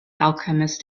alchemist